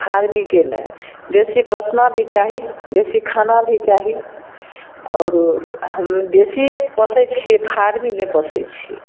फार्मीके नहि देशी पोसना भी चाही देशी खाना भी चाही आओर हम देशी पोसैत छियै फार्मी नहि पोसैत छियै